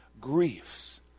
griefs